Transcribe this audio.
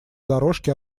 дорожке